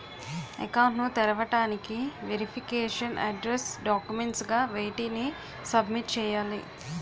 Account ను తెరవటానికి verification address documents గా వేటిని సబ్మిట్ చేయాలి?